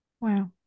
Wow